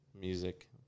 music